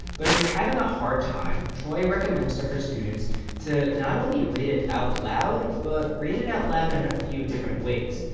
but if you're having a hard time, choi recommends to her students to not only read it out loud but read it out loud in a few different ways.